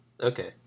okay